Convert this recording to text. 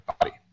body